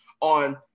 on